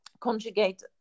Conjugate